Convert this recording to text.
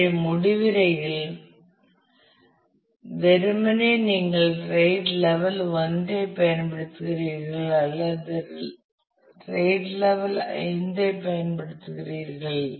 எனவே முடிவுரையில் வெறுமனே நீங்கள் RAID லெவல் 1 ஐப் பயன்படுத்துகிறீர்கள் அல்லது நீங்கள் RAID லெவல் 5 ஐப் பயன்படுத்துகிறீர்கள்